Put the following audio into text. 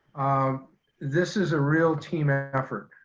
um this is a real team ah effort.